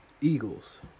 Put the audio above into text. Eagles